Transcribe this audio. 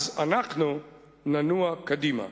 אז אנחנו ננוע קדימה".